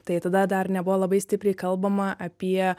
tai tada dar nebuvo labai stipriai kalbama apie